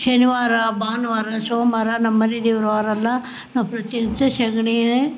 ಶನಿವಾರ ಭಾನುವಾರ ಸೋಮಾರ ನಮ್ಮನೆ ದೇವ್ರ ವಾರಲ್ಲ ನಾವು ಪ್ರತಿನಿತ್ಯ ಸಗಣಿನೆ